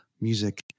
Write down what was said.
music